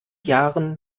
jahren